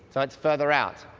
so it's farther out.